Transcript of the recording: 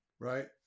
Right